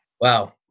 Wow